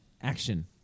action